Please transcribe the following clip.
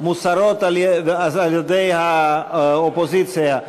מוסרות על-ידי האופוזיציה.